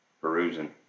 perusing